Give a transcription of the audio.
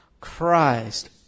Christ